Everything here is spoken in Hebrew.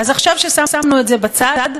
אז עכשיו ששמנו את זה בצד,